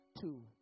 two